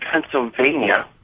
Pennsylvania